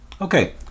Okay